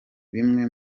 bimwe